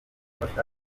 gufasha